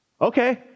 Okay